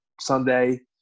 Sunday